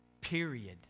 period